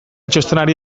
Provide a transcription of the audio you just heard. txostenari